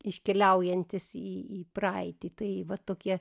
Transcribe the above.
iškeliaujantis į į praeitį tai vat tokie